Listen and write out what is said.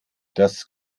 das